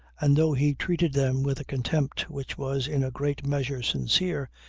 and though he treated them with a contempt which was in a great measure sincere,